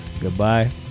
goodbye